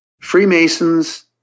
Freemasons